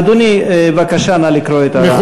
אדוני, בבקשה, נא לקרוא את השאילתה.